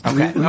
Okay